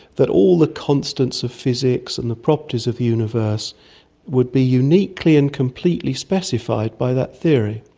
that all the constants of physics and the properties of the universe would be uniquely and completely specified by that theory,